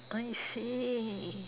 I see